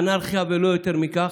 אנרכיה ולא יותר מזה.